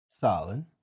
Solid